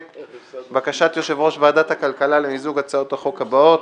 בקשת יושב-ראש ועדת הכלכלה למיזוג הצעות החוק הבאות: